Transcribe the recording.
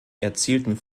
erzielten